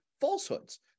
falsehoods